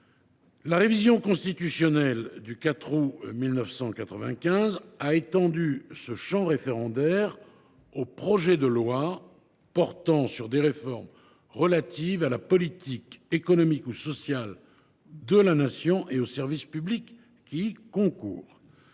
La révision constitutionnelle du 4 août 1995 a étendu ce « champ référendaire » aux projets de loi portant « sur des réformes relatives à la politique économique ou sociale de la nation et aux services publics qui y concourent